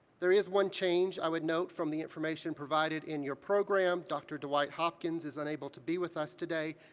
there is one change, i would note, from the information provided in your program. dr. dwight hopkins is unable to be with us today,